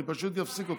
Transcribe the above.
אני פשוט אפסיק אתכם.